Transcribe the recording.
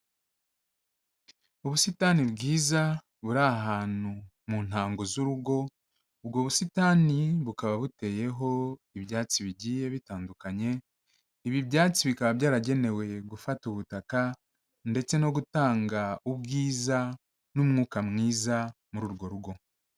Ubusitani bwiza buri ahantu mu ntango z'urugo, ubwo busitani bukaba buteyeho ibyatsi bigiye bitandukanye, ibi byatsi bikaba byaragenewe gufata ubutaka ndetse no gutanga ubwiza n'umwuka mwiza muri urwo rugo.